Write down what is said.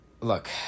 Look